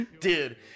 Dude